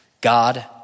God